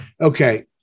Okay